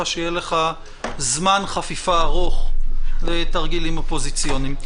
שיהיה לך זמן חפיפה ארוך לתרגילים אופוזיציוניים.